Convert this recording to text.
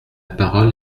parole